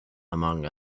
among